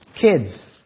Kids